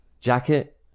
Jacket